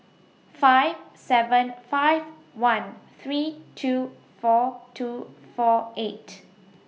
five seven five one three two four two four eight